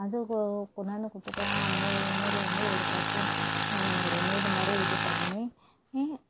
அது கொ கொண்டாந்து கொடுத்துட்டாங்கன்னால் அந்த நூல் வந்து ஒரு பட்டு ஒரு நூல்மாதிரி இது பண்ணி நீ